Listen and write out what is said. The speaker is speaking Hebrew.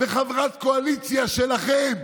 וחברת קואליציה שלכם